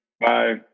Bye